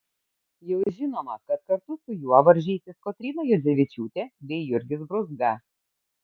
jau žinoma kad kartu su juo varžysis kotryna juodzevičiūtė bei jurgis brūzga